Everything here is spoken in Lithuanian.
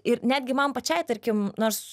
ir netgi man pačiai tarkim nors